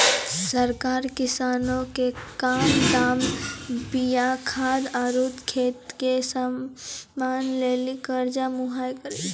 सरकार किसानो के कम दामो मे बीया खाद आरु खेती के समानो लेली कर्जा मुहैय्या करै छै